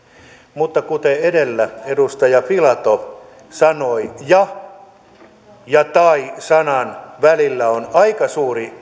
mutta kuten edellä edustaja filatov sanoi sanojen ja ja tai välillä on aika suuri